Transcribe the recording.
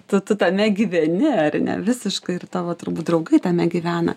tu tu tame gyveni ar ne visiškai ir tavo turbūt draugai tame gyvena